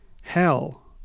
Hell